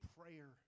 prayer